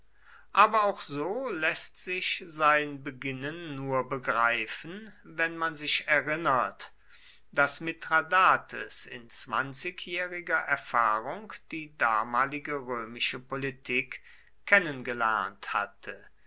aber auch so läßt sich sein beginnen nur begreifen wenn man sich erinnert daß mithradates in zwanzigjähriger erfahrung die damalige römische politik kennengelernt hatte